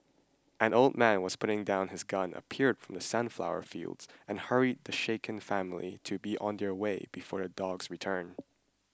an old man was putting down his gun appeared from the sunflower fields and hurried the shaken family to be on their way before the dogs return